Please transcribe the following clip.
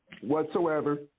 whatsoever